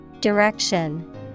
Direction